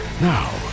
Now